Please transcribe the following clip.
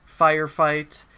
firefight